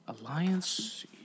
Alliance